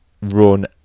run